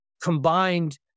combined